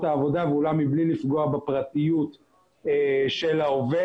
העבודה ואולם מבלי לפגוע בפרטיות של העובד.